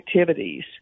activities